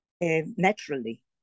naturally